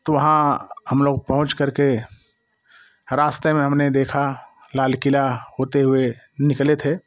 तो वहाँ हम लोग पहुँच करके रास्ते में हमने देखा लाल किला होते हुए निकले थे